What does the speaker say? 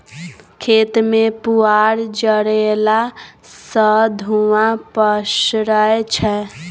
खेत मे पुआर जरएला सँ धुंआ पसरय छै